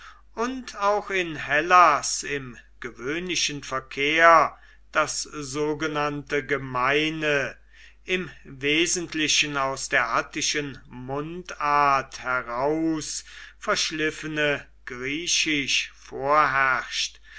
und auch in hellas im gewöhnlichen verkehr das sogenannte gemeine im wesentlichen aus der attischen mundart heraus verschliffene griechisch vorherrscht